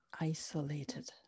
isolated